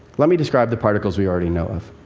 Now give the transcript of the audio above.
let me describe the particles we already know of.